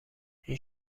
این